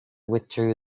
withdrew